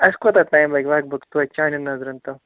اَسہِ کوتاہ ٹایم لَگہِ لگ بگ توتہِ چانٮ۪ن نَظرَن تہٕ